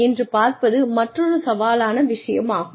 என்று பார்ப்பது மற்றொரு சவாலான விஷயம் ஆகும்